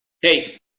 Hey